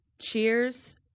cheers